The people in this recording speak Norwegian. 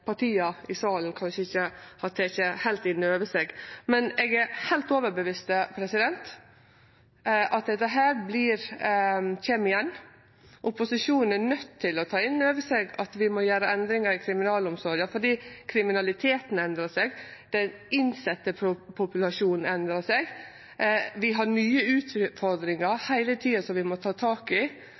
heilt overtydd om at dette kjem igjen. Opposisjonen er nøydd til å ta inn over seg at vi må gjere endringar i kriminalomsorga, for kriminaliteten endrar seg, og populasjonen av innsette endrar seg. Vi har heile tida nye utfordringar som vi må ta tak i,